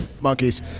monkeys